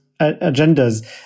agendas